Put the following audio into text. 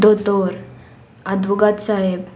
दोतोर अद्भगाद सायब